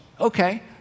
Okay